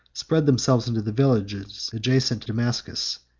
spread themselves into the villages adjacent to damascus,